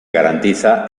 garantiza